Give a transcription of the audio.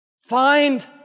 Find